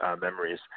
memories